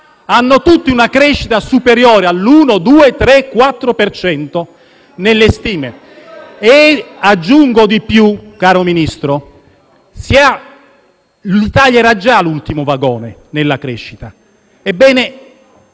Hanno tutti una crescita superiore all'1, 2, 3, 4 per cento nelle stime. *(Commenti dal Gruppo M5S).* Aggiungo di più, caro Ministro: l'Italia era già l'ultimo vagone nella crescita,